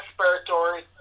respiratory